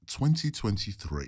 2023